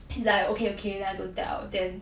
he's like okay okay then I don't tell then